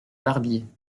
barbier